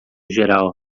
geral